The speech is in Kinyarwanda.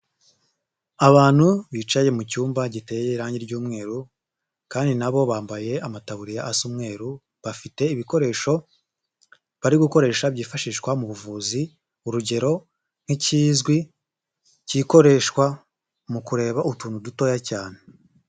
Abantu bicaye mu cyumba giteye irangi ry'umweru kandi na bo bambaye amataburiya asa umweru, bafite ibikoresho bari gukoresha byifashishwa mu buvuzi, urugero nk'ikizwi gikoreshwa mu kureba utuntu dutoya cyane.